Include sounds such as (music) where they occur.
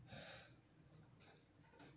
(breath)